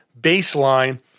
baseline